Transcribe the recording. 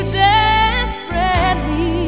desperately